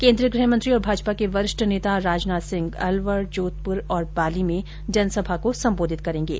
केन्द्रीय गृहमंत्री और भाजपा के वरिष्ठ नेता राजनाथ सिंह अलवर जोधपुर और पाली में जनसभा को सम्बोधित करेंगे